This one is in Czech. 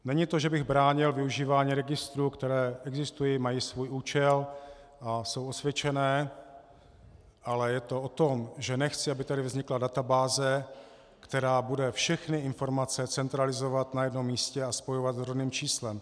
Není to, že bych bránil využívání registrů, které existují, mají svůj účel a jsou osvědčené, ale je o tom, že nechci, aby tady vznikla databáze, která bude všechny informace centralizovat na jednom místě a spojovat s rodným číslem.